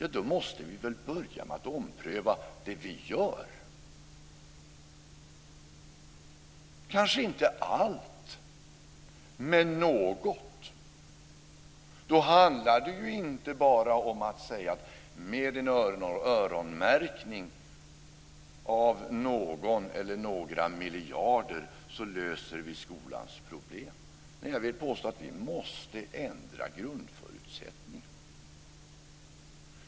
Då måste vi väl börja med att ompröva det vi gör? Kanske inte allt, men något. Då handlar det inte bara om att säga att med en öronmärkning av någon eller några miljarder löser vi skolans problem. Jag vill påstå att vi måste ändra grundförutsättningarna.